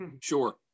Sure